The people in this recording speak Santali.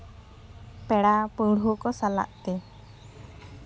ᱯᱮᱲᱟ ᱯᱟᱹᱲᱦᱟᱹ ᱠᱚ ᱥᱟᱞᱟᱜ ᱛᱮ